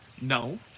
No